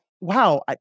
wow